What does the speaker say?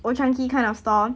Old Chang Kee kind of stall